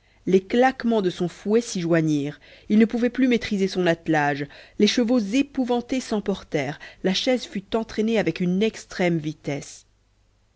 les claquements de son fouet s'y joignirent il ne pouvait plus maîtriser son attelage les chevaux épouvantés s'emportèrent la chaise fut entraînée avec une extrême vitesse